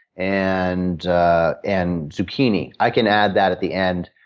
and and zucchini, i can add that at the end,